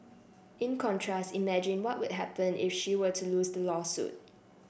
in contrast imagine what would happen if she were to lose the lawsuit